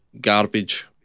garbage